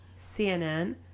CNN